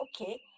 okay